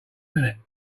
minute